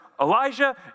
Elijah